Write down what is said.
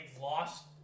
lost